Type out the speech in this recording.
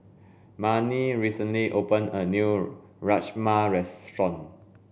Marni recently opened a new Rajma restaurant